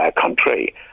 country